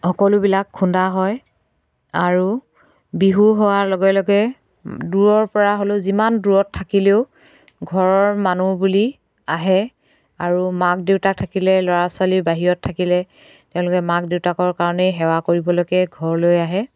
সকলোবিলাক খুন্দা হয় আৰু বিহু হোৱাৰ লগে লগে দূৰৰ পৰা হ'লেও যিমান দূৰত থাকিলেও ঘৰৰ মানুহ বুলি আহে আৰু মাক দেউতাক থাকিলে ল'ৰা ছোৱালী বাহিৰত থাকিলে তেওঁলোকে মাক দেউতাকৰ কাৰণে সেৱা কৰিবলৈকে ঘৰলৈ আহে